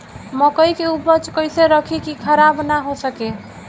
मकई के उपज कइसे रखी की खराब न हो सके?